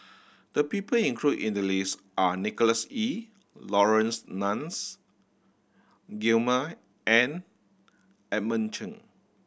the people include in the list are Nicholas Ee Laurence Nunns Guillemard and Edmund Cheng